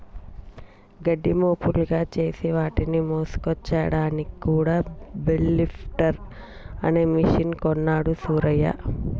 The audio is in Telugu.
గడ్డిని మోపులుగా చేసి వాటిని మోసుకొచ్చాడానికి కూడా బెల్ లిఫ్టర్ అనే మెషిన్ కొన్నాడు సూరయ్య